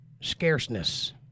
scarceness